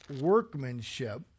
workmanship